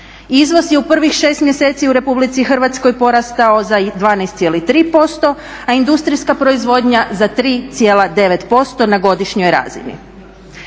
Izvoz je u prvih 6 mjeseci u Republici Hrvatskoj porastao za 12,3% a industrijska proizvodnja za 3,9% na godišnjoj razini.